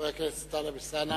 חבר הכנסת טלב אלסאנע.